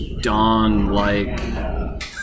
Dawn-like